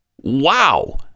Wow